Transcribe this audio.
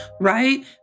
right